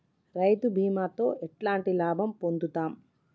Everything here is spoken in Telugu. రైతు బీమాతో ఎట్లాంటి లాభం పొందుతం?